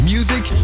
Music